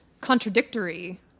contradictory